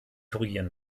korrigieren